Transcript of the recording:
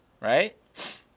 Right